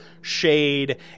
shade